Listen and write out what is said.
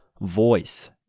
voice